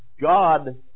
God